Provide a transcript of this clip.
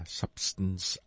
substance